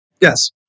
Yes